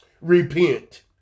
Repent